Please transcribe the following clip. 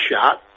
shot